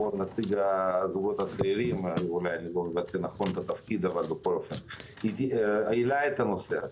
נציג הזוגות הצעירים העלה את הנושא,